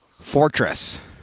Fortress